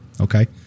okay